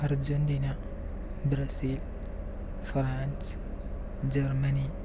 Argentina Brazil France Germany